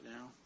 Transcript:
now